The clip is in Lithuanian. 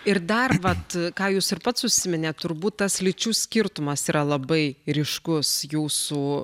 ir dar vat ką jūs ir pats užsiminėt turbūt tas lyčių skirtumas yra labai ryškus jūsų